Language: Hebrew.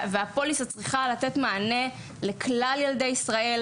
והפוליסה צריכה לתת מענה לכלל ילדי ישראל,